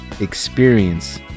experience